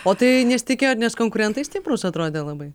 o tai nesitikėjot nes konkurentai stiprūs atrodė labai